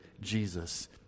Jesus